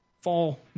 fall